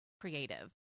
creative